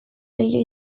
leiho